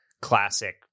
classic